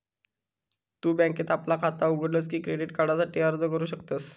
तु बँकेत आपला खाता उघडलस की क्रेडिट कार्डासाठी अर्ज करू शकतस